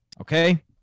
okay